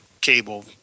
cable